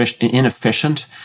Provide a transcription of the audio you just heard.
inefficient